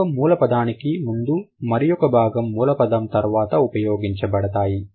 ఒక భాగం మూల పదానికి ముందు మరియొక భాగం మూలపదం తర్వాత ఉపయోగించబడతాయి